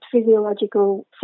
physiological